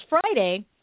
Friday